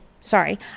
sorry